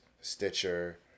Stitcher